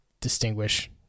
distinguish